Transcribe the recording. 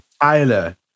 Tyler